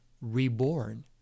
reborn